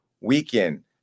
weekend